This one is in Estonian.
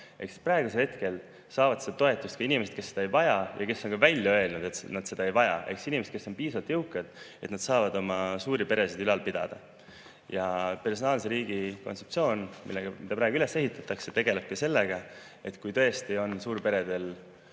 Praegu saavad seda toetust ka inimesed, kes seda ei vaja ja kes on ka välja öelnud, et nad seda ei vaja, ehk inimesed, kes on piisavalt jõukad, et nad saavad oma suuri peresid ülal pidada. Ja personaalse riigi kontseptsioon, mida praegu üles ehitatakse, tegeleb sellega, et kui tõesti on suurperedel